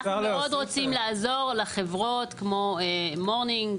אנחנו מאוד רוצים לעזור לחברות כמו morning,